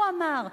הוא אמר,